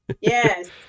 yes